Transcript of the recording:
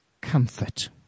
comfort